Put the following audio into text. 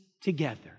together